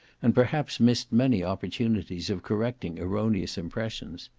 and perhaps missed many opportunities of correcting erroneous impressions.